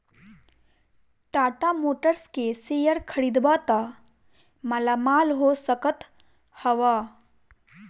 Tata Motors के शेयर खरीदबअ त मालामाल हो सकत हवअ